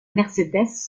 mercedes